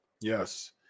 yes